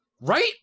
Right